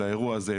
לאירוע הזה,